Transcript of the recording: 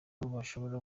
bashobora